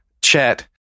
chat